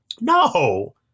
No